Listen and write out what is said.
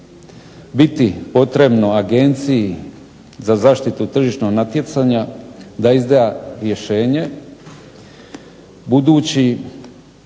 biti potrebno Agenciji za zaštitu tržišnog natjecanja da izda rješenje, budući